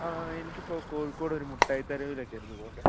ആ എനിക്ക് ഇപ്പോൾ കോഴിക്കോട് ഒരു മുട്ടായി തെരുവിലേക്ക് ആയിരുന്നു പോണ്ടെ